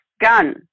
gun